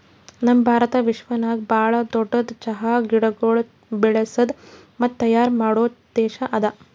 ನಮ್ ಭಾರತ ವಿಶ್ವದಾಗ್ ಭಾಳ ದೊಡ್ಡುದ್ ಚಹಾ ಗಿಡಗೊಳ್ ಬೆಳಸದ್ ಮತ್ತ ತೈಯಾರ್ ಮಾಡೋ ದೇಶ ಅದಾ